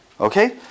Okay